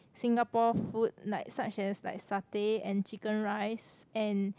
Singapore food like such as like satay and chicken rice and